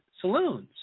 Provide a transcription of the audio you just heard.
saloons